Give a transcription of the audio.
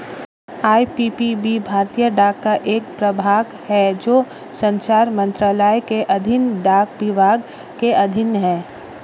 IPPB भारतीय डाक का एक प्रभाग है जो संचार मंत्रालय के अधीन डाक विभाग के अधीन है